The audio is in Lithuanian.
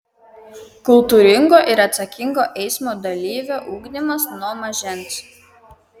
kultūringo ir atsakingo eismo dalyvio ugdymas nuo mažens